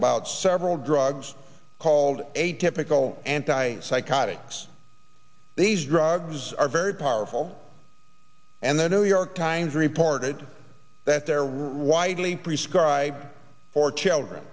about several drugs called atypical anti psychotics these drugs are very powerful and the new york times reported that there was only prescribed for children